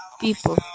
people